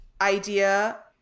idea